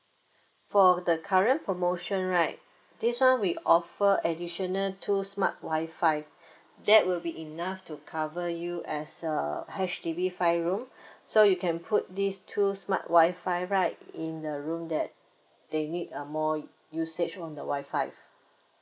for the current promotion right this one we offer additional two smart wifi that would be enough to cover you as a H_D_B five room so you can put these two smart wifi right in a room that they need a more usage on the wifi